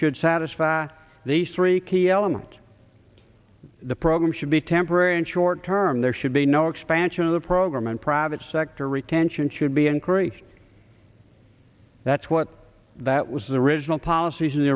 should satisfy these three key element of the program should be temporary and short term there should be no expansion of the program and private sector retention should be increased that's what that was the original policies in the